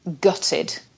gutted